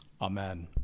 Amen